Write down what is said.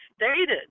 stated